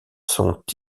sont